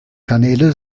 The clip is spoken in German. kanäle